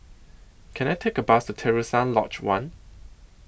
Can I Take A Bus to Terusan Lodge one